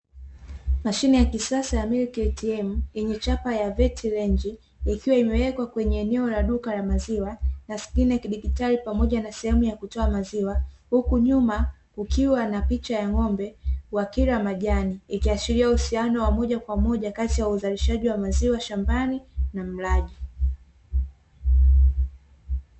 Mashine ya kisasa ya "MILK ATM" yenye chapa ya "VET-RANGE" ikiwa imewekwa kwenye eneo la duka la maziwa, na skrini ya kidigitali pamoja na sehemu ya kutoa maziwa, huku nyuma kukiwa na picha ya ng'ombe wakila majani, ikiashiria uhusiano wa moja kwa moja kati ya uzalishaji wa maziwa shambani na mlaji.